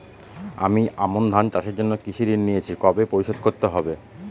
আমি আমন ধান চাষের জন্য কৃষি ঋণ নিয়েছি কবে পরিশোধ করতে হবে?